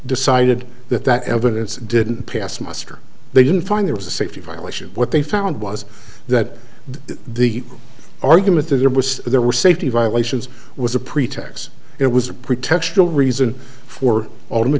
decided that that evidence didn't pass muster they didn't find there was a safety violation what they found was that the argument that there was there were safety violations was a pretext it was a pretext the reason for all of